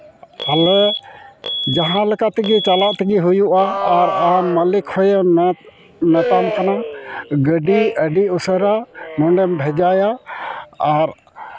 ᱟᱞᱮ ᱡᱟᱦᱟᱸ ᱞᱮᱠᱟ ᱛᱮᱜᱮ ᱪᱟᱞᱟᱜ ᱛᱮᱜᱮ ᱦᱩᱭᱩᱜᱼᱟ ᱟᱨ ᱢᱟᱹᱞᱤᱠ ᱦᱚᱭᱮᱢ ᱢᱮᱱ ᱢᱮᱛᱟᱢ ᱠᱟᱱᱟ ᱜᱟᱹᱰᱤ ᱩᱥᱟᱹᱨᱟ ᱱᱚᱰᱮᱢ ᱵᱷᱮᱡᱟᱭᱟ ᱟᱨ